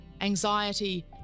anxiety